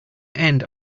end